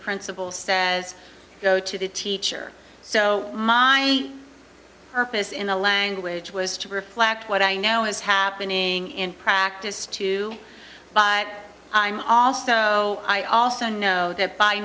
principal says no to the teacher so my purpose in the language was to reflect what i know is happening in practice too but i'm also so i also know that by